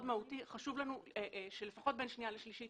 מהותי וחשוב לנו שלפחות בין שנייה לשלישית